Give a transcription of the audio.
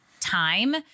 time